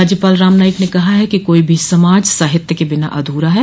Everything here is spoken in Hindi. राज्यपाल राम नाईक ने कहा है कि कोई भी समाज साहित्य के बिना अधूरा है